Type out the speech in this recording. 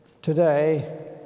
today